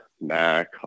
Mac